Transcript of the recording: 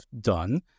done